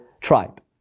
tribe